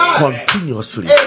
Continuously